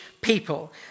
people